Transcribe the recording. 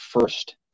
first